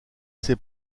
ces